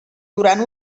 durant